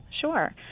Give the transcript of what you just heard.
Sure